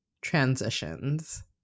transitions